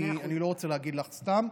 אני לא רוצה להגיד לך סתם.